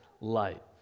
light